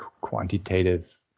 quantitative